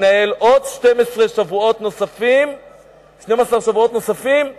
להישאר בבית 12 שבועות נוספים.